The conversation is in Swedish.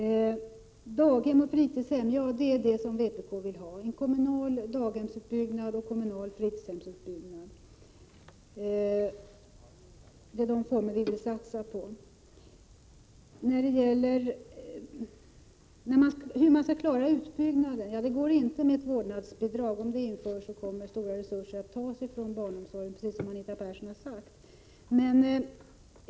Daghem och fritidshem är det som vpk vill ha. En kommunal daghemsutbyggnad och en kommunal fritidshemsutbyggnad är de formerna vi vill satsa på. Hur skall man klara utbyggnaden? Ja, det går inte med vårdnadsbidrag. Om det införs kommer stora resurser att tas från barnomsorgen, precis så som Anita Persson sade.